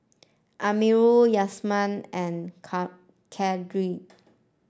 Amirul Yasmin and Khadija